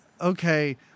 okay